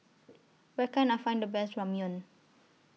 Where Can I Find The Best Ramyeon